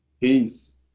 Peace